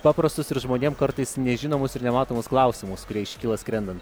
paprastus ir žmonėm kartais nežinomus ir nematomus klausimus kurie iškyla skrendant